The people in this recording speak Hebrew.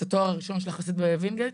את התואר הראשון שלך עשית בווינגיט?